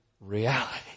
reality